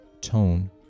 tone